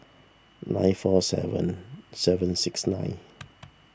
nine four seven seven six nine